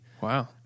Wow